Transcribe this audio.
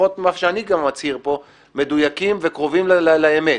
לפחות ממה שאני מצהיר פה, מדויקים וקרובים לאמת.